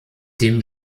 dem